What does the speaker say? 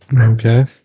Okay